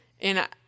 And-